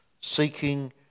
seeking